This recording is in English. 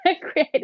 created